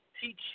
teach